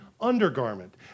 undergarment